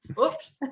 Oops